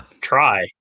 try